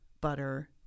butter